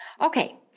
Okay